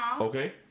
okay